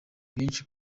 benshi